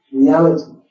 reality